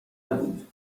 بود